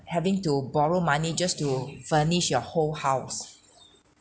having to borrow money just to furnish your whole house